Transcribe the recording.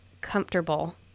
comfortable